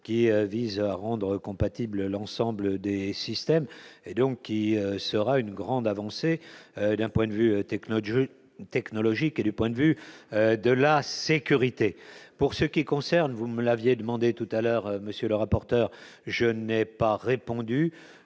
qui vise à rendre compatible l'ensemble des systèmes et donc qui sera une grande avancée d'un point de vue technique je technologique et du point de vue de la sécurité pour ce qui concerne, vous me l'aviez demandé tout à l'heure monsieur le rapporteur, je n'ai pas répondu,